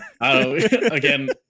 Again